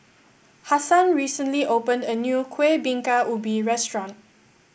Hassan recently opened a new Kueh Bingka Ubi restaurant